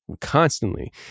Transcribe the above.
constantly